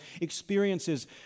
experiences